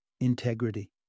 Integrity